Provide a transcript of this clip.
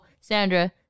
Sandra